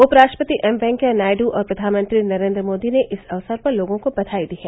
उपराष्ट्रपति एम वेंकैया नायडू और प्रधानमंत्री नरेंद्र मोदी ने इस अवसर पर लोगों को बधाई दी है